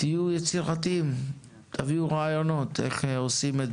תהיו יצירתיים ותביאו רעיונות איך עושים את